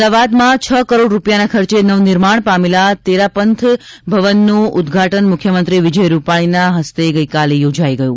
અમદાવાદમાં છ કરોડ રૂપિયાના ખર્ચે નવનિર્માણ પામેલા તેરપંથ ભવનનું ઉદ્ઘાટન મુખ્યમંત્રી વિજય રૂપાણીના વરદહસ્તે ગઇકાલે યોજાઈ ગયું